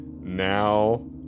Now